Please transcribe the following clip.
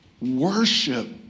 worship